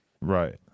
Right